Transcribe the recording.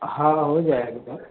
हाँ हो जाएगा काम